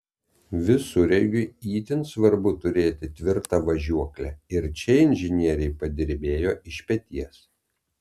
visureigiui itin svarbu turėti tvirtą važiuoklę ir čia inžinieriai padirbėjo iš peties